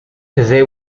they